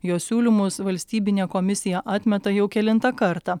jo siūlymus valstybinė komisija atmeta jau kelintą kartą